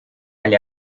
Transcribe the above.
alle